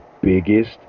biggest